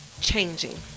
changing